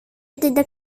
tidak